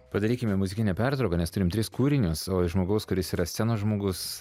padarykime muzikinę pertrauką nes turim tris kūrinius o iš žmogaus kuris yra scenos žmogus